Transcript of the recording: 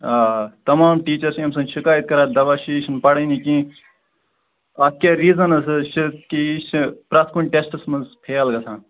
آ تَمام ٹیٖچر چھِ أمۍ سٕنٛدۍ شِکایت کٔران دَپان چھِ یہِ چھُنہٕ پرانٕے کیٚنٛہہ اتھ کیٛاہ ریٖزن حظ چھُ کہِ یہِ چھُ پرٛتھ کُنہِ ٹیسٹس منٛز فیل گژھان